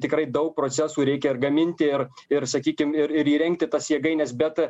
tikrai daug procesų reikia ir gaminti ir ir sakykim ir ir įrengti tas jėgaines bet